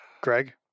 Greg